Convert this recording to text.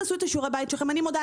תעשו את שיעורי הבית שלכם ואני מודה,